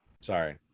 Sorry